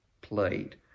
played